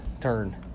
Turn